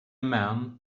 man